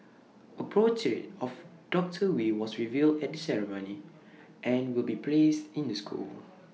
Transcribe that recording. A portrait of doctor wee was revealed at the ceremony and will be placed in the school